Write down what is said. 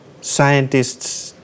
scientists